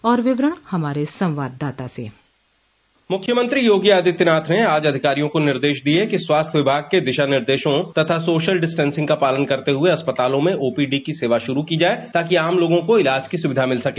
और विवरण हमारे संवाददाता से मुख्यमंत्री योगी आदित्यनाथ ने आज अधिकारियों को निर्देश दिये कि स्वास्थ्य विभाग के दिशा निर्देशों तथा सोशल डिस्टैंसिंग का पालन करते हुए अस्पतालों में ओपीडी की सेवा शुरु की जाये ताकि आम लोगों को इलाज की सुविधा मिल सके